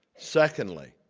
secondly,